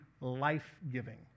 life-giving